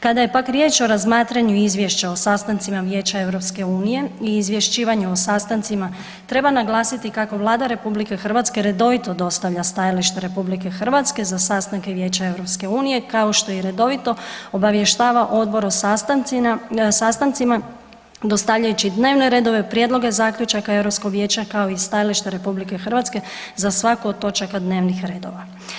Kad je pak riječ o razmatranju izvješća o sastancima Vijeća EU-a i izvješćivanja o sastancima, treba naglasiti kako Vlada RH redovito dostavlja stajališta RH za sastanke Vijeća EU-a kao što je redovito obavještavao odbor o sastancima dostavljajući dnevne redove, prijedloge zaključaka Europskog vijeća kao i stajališta RH za svaku od točaka dnevnih redova.